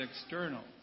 external